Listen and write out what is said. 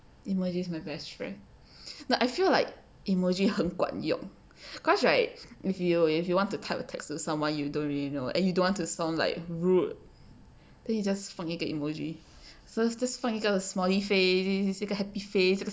emoji is my best friend like I feel like emoji 很管用 cause right if you if you want to type of text to someone you don't really you know and you don't want to sound like rude then you just 放一个 emoji so just 放一个 smiley face 一个 happy face